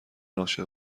عاشق